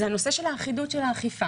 זה הסעיף המרכזי שהקים את מינהלת האכיפה.